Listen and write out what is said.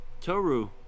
Toru